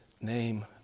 name